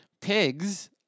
Pigs